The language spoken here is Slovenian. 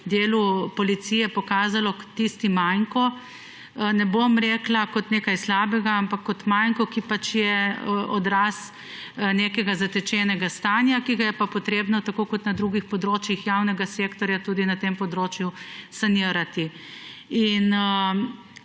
delu policije pokazalo kot tisti manko. Ne bom rekla, kot nekaj slabega, ampak kot manko, ki je odraz nekega zatečenega stanja, ki ga je pa treba tako kot na drugih področjih javnega sektorja tudi na tem področju sanirati.